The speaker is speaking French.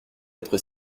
être